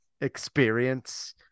experience